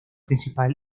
principal